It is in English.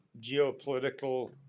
geopolitical